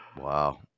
wow